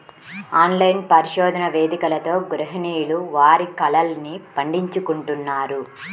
online పరిశోధన వేదికలతో గృహిణులు వారి కలల్ని పండించుకుంటున్నారు